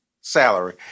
salary